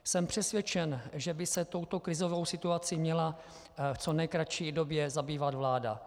Jsem přesvědčen, že by se touto krizovou situací měla v co nejkratší době zabývat vláda.